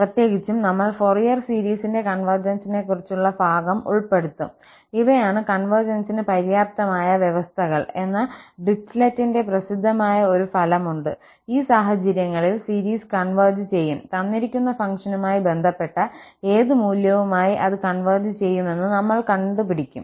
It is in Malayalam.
പ്രത്യേകിച്ചും നമ്മൾ ഫൊറിയർ സീരീസിന്റെ കൺവെർജൻസിനെക്കുറിച്ചുള്ള ഭാഗം ഉൾപ്പെടുത്തും ഇവയാണ് കൺവെർജൻസിന് പര്യാപ്തമായ വ്യവസ്ഥകൾ എന്ന ഡിറിച്ലെറ്റിന്റെ പ്രസിദ്ധമായ ഒരു ഫലമുണ്ട് ഈ സാഹചര്യങ്ങളിൽ സീരീസ് കൺവെർജ് ചെയ്യും തന്നിരിക്കുന്ന ഫംഗ്ഷനുമായി ബന്ധപ്പെട്ട ഏത് മൂല്യവുമായി അത് കൺവെർജ് ചെയ്യുമെന്ന് നമ്മൾ കണ്ടുപിടിക്കും